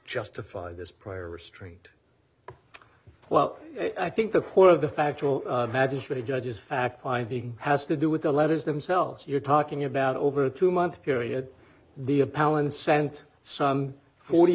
justify this prior restraint well i think the core of the factual magistrate judge's fact finding has to do with the letters themselves you're talking about over a two month period the a palin sent some forty